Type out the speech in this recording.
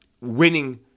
winning